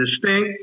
distinct